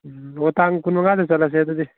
ꯎꯝ ꯑꯣ ꯇꯥꯡ ꯀꯨꯟ ꯃꯉꯥꯗ ꯆꯠꯂꯁꯦ ꯑꯗꯨꯗꯤ